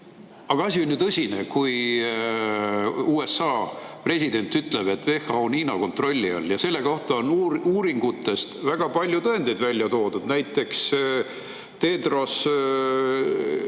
Aga asi on ju tõsine, kui USA president ütleb, et WHO on Hiina kontrolli all. Ja selle kohta on uuringutes väga palju tõendeid välja toodud. Näiteks Tedros